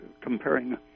comparing